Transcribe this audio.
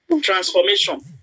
Transformation